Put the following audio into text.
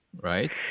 right